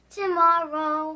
tomorrow